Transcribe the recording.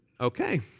Okay